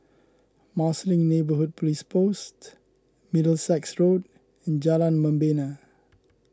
Marsiling Neighbourhood Police Post Middlesex Road and Jalan Membina